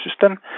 system